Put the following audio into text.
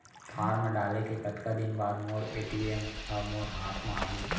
Form डाले के कतका दिन बाद मोर ए.टी.एम ह मोर हाथ म आही?